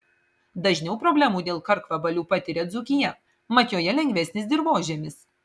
dažniau problemų dėl karkvabalių patiria dzūkija mat joje lengvesnis dirvožemis